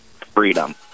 freedom